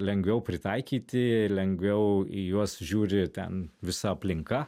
lengviau pritaikyti lengviau į juos žiūri ten visa aplinka